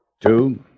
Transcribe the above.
Two